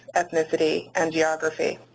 ethnicity, and geography.